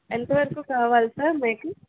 ఎంత వరకు కావాలి సార్ మీకు